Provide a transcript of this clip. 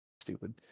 Stupid